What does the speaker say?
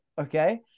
Okay